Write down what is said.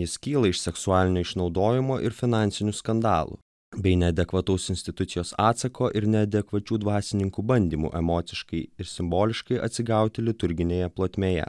jis kyla iš seksualinio išnaudojimo ir finansinių skandalų bei neadekvataus institucijos atsako ir neadekvačių dvasininkų bandymų emociškai ir simboliškai atsigauti liturginėje plotmėje